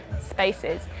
spaces